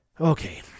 okay